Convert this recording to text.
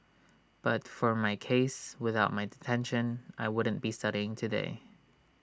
but for my case without my detention I wouldn't be studying today